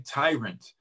tyrant